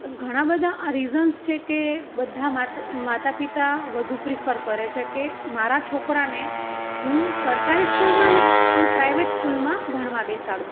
ઘણા બધા આ રિઝન્સ છે કે બધા માત માતા પિતા વધુ પ્રીફર કરે છે કે મારા છોકરાને હું સરકારી સ્કૂલમાં નહીં પણ પ્રાઇવેટ સ્કૂલમાં ભણવા બેસાડું